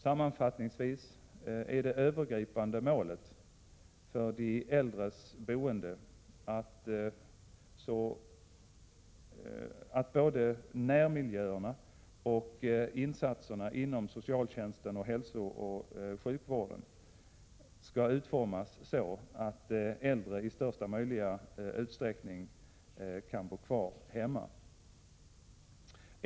Sammanfattningsvis är det övergripande målet för de äldres boende att både närmiljöerna och insatserna inom socialtjänsten och hälsooch sjukvården skall utformas så, att äldre i största möjliga utsträckning kan bo kvar hemma.